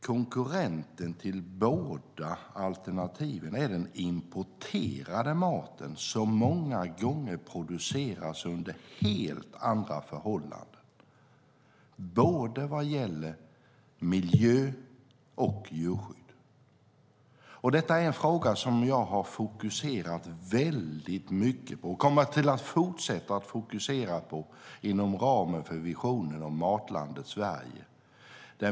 Konkurrenten till båda alternativen är den importerade maten som många gånger produceras under helt andra förhållanden, både vad gäller miljö och djurskydd. Detta är en fråga som jag har fokuserat väldigt mycket på och som jag kommer att fortsätta fokusera på inom ramen för visionen om Matlandet Sverige.